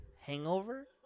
Hangover